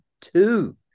two